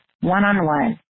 one-on-one